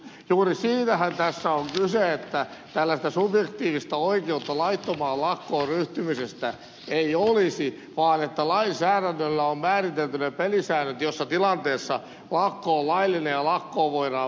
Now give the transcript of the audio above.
juuri siitähän tässä on kyse että tällaista subjektiivista oikeutta laittomaan lakkoon ryhtymiseen ei olisi vaan että lainsäädännöllä on määritelty ne pelisäännöt missä tilanteessa lakko on laillinen ja lakkoon voidaan mennä